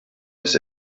des